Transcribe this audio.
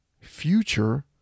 future